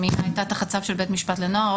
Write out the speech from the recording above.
הייתה תחת צו של בית משפט לנוער,